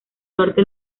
norte